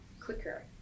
quicker